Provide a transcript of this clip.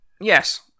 Yes